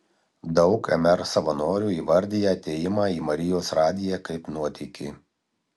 daug mr savanorių įvardija atėjimą į marijos radiją kaip nuotykį